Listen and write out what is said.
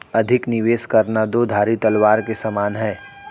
अधिक निवेश करना दो धारी तलवार के समान है